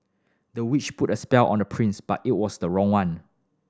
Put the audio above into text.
the witch put a spell on the prince but it was the wrong one